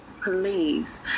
please